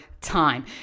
time